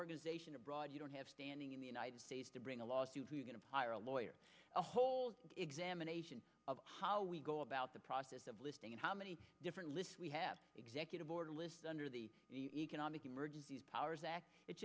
organization abroad you don't have standing in the united states to bring a lawsuit we're going to hire a lawyer a whole examination of how we go about the process of listing how many different lists we have executive order list under the economic emergency powers act it